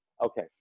Okay